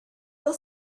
will